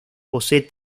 posee